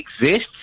exists